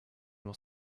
will